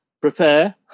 prepare